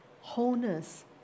wholeness